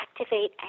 Activate